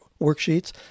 worksheets